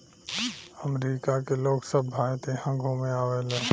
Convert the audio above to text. अमरिका के लोग सभ भारत इहा घुमे आवेले